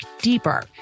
deeper